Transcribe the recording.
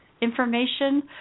information